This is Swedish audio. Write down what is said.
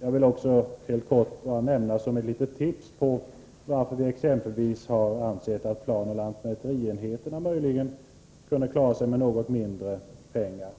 Jag vill också helt kort nämna, som ett litet tips, varför vi exempelvis har ansett att planoch lantmäterienheterna möjligen kunde klara sig med något mindre pengar.